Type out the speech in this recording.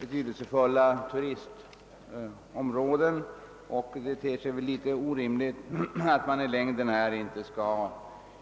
betydelsefulla turistområden, och det ter sig då ganska orimligt att inte ha